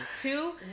Two